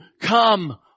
Come